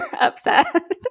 upset